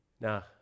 Now